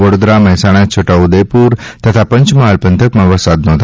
વડોદરા મહેસાણા છોટાઉદેપુર તથા પંચમહાલ પંથકમાં વરસાદ નોંધાયો છે